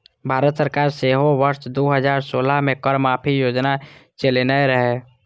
भारत सरकार सेहो वर्ष दू हजार सोलह मे कर माफी योजना चलेने रहै